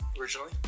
originally